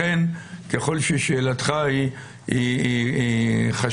לכן ככל ששאלתך היא חשובה,